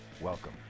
welcome